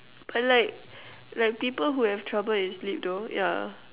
but like like people who have trouble in sleep though yeah